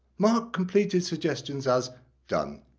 mark completed suggestions as done.